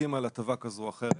שמחליטים על הטבה כזאת או אחרת,